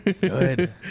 Good